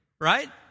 right